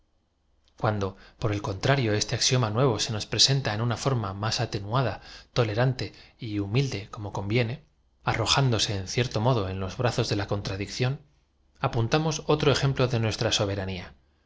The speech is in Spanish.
cuando por el con trario este axiom a nuevo se nos presenta en una fo r ma más atenuada tolerante y humilde como con v ie ne arrojándose de cierto modo en los brazos de la contradicción apuntamos otro ejemplo de nuestra so